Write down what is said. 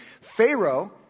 Pharaoh